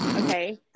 Okay